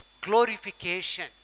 glorification